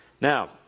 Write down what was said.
Now